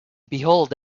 behold